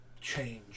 change